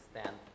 stand